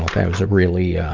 that was a really, yeah